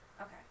Okay